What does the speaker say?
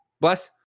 bless